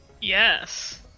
yes